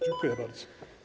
Dziękuję bardzo.